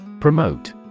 Promote